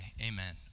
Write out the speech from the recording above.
amen